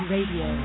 Radio